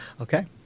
Okay